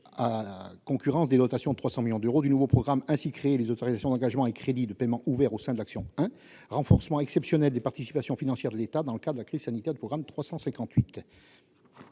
concurrence de la dotation de 300 millions d'euros du nouveau programme ainsi créé, les autorisations d'engagement et crédits de paiement ouverts au sein de l'action n° 01 du programme 358, « Renforcement exceptionnel des participations financières de l'État dans le cadre de la crise sanitaire ». Quel